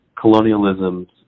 colonialism's